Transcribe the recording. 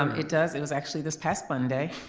um it does. it was actually this past monday.